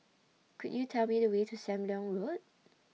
Could YOU Tell Me The Way to SAM Leong Road